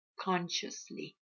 Consciously